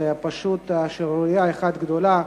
זה פשוט שערורייה אחת גדולה.